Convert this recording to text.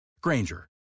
Granger